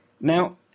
Now